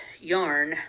yarn